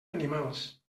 animals